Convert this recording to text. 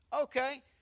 Okay